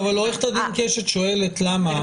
אבל עורכת הדין קשת שואלת למה.